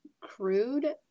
crude